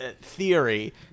theory